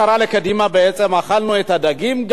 אכלנו את הדגים וגם גורשנו מן העיר.